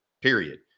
period